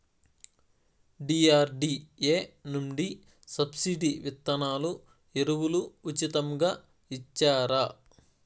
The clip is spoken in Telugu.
డి.ఆర్.డి.ఎ నుండి సబ్సిడి విత్తనాలు ఎరువులు ఉచితంగా ఇచ్చారా?